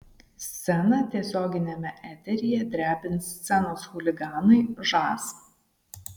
sceną tiesioginiame eteryje drebino scenos chuliganai žas